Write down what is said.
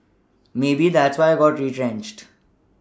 maybe that's why I got retrenched